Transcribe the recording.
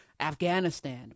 Afghanistan